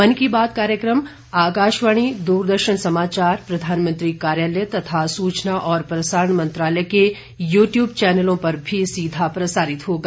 मन की बात कार्यक्रम आकाशवाणी द्रदर्शन समाचार प्रधानमंत्री कार्यालय तथा सूचना और प्रसारण मंत्रालय के यू ट्यूब चैनलों पर भी सीधा प्रसारित होगा